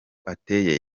ateye